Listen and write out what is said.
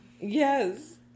Yes